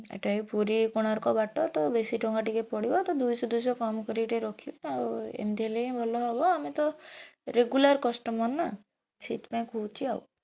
ଏଇଟା ବି ପୁରୀ କୋଣାର୍କ ବାଟ ତ ବେଶୀ ଟଙ୍କା ଟିକେ ପଡ଼ିବ ତ ଦୁଇଶହ ଦୁଇଶହ କମ୍ କରିକି ଟିକେ ରଖିବେ ଆଉ ଏମିତି ହେଲେ ବି ଭଲ ହବ ଆମେ ତ ରେଗୁଲାର୍ କଷ୍ଟମର୍ ନା ସେଥିପାଇଁ କହୁଛି ଆଉ